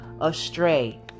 astray